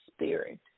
spirit